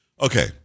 Okay